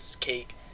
cake